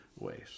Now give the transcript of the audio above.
ways